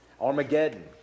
Armageddon